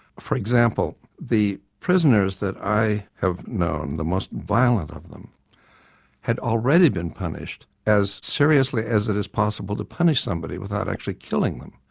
for example the prisoners that i have known, the most violent of them had already been punished as seriously as it is possible to punish somebody without actually killing them.